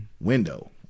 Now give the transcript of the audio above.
window